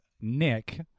Nick